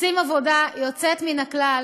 עושים עבודה יוצאת מן הכלל.